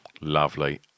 Lovely